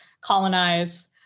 colonize